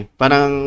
parang